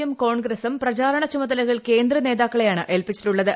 യും ക്ടോൺഗ്രസും പ്രചാരണ ചുമതലകൾ കേന്ദ്ര നേതാക്കളെയാണ് ഏൽപ്പിച്ചിട്ടുള്ളത്